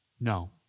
No